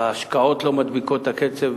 ההשקעות לא מדביקות את הקצב,